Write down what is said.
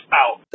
out